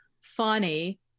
funny